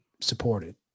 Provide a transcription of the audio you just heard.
supported